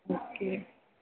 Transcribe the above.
okay